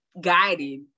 guided